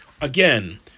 again